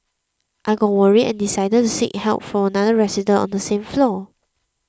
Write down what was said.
I got worried and decided to seek help from another resident on the same floor